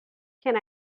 can